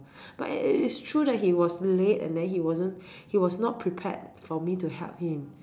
but its true that he was late and then he wasn't he was not prepared for me to help him